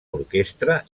orquestra